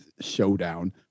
showdown